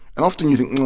and often, you think,